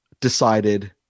decided